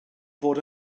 fod